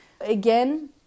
again